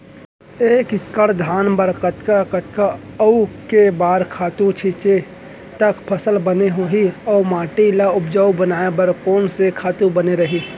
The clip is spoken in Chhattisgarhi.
एक एक्कड़ धान बर कतका कतका अऊ के बार खातू छिंचे त फसल बने होही अऊ माटी ल उपजाऊ बनाए बर कोन से खातू बने रही?